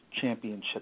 championship